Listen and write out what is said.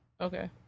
Okay